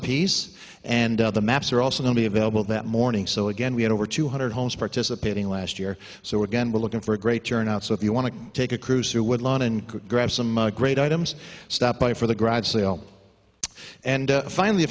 apiece and other maps are also will be available that morning so again we had over two hundred homes participating last year so again we're looking for a great turnout so if you want to take a cruise to woodlawn and could grab some great items stop by for the garage sale and finally